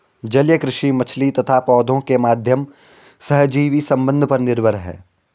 जलीय कृषि मछली तथा पौधों के माध्यम सहजीवी संबंध पर निर्भर है